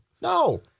No